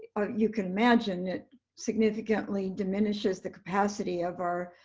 you can imagine it significantly diminishes the capacity of our